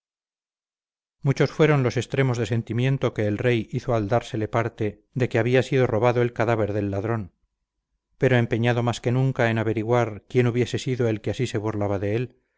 muchos fueron los extremos de sentimiento que el rey hizo al dársele parte do que había sido robado el cadáver del ladrón pero empeñado más que nunca en averiguar quién hubiese sido el que así se burlaba de él